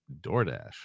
DoorDash